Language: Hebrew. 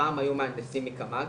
פעם היו מהנדסים מקמ"ג